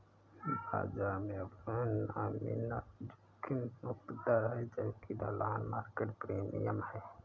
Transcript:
बाजार में उपलब्ध नॉमिनल जोखिम मुक्त दर है जबकि ढलान मार्केट प्रीमियम है